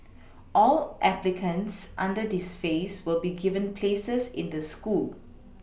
all applicants under this phase will be given places in the school